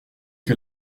que